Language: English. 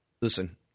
listen